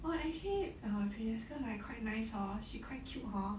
!wah! actually err francesca like quite nice hor she quite cute hor